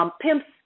PIMPS